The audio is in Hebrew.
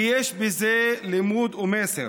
כי יש בזה לימוד ומסר.